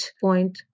point